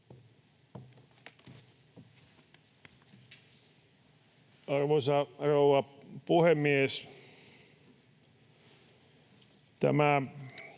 Arvoisa rouva puhemies!